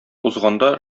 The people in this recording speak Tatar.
узганда